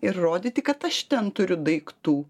ir rodyti kad aš ten turiu daiktų